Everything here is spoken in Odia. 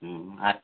ଆର୍